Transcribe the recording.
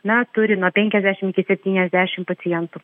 na turi nuo penkiasdešim iki septyniasdešim pacientų